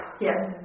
Yes